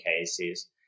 cases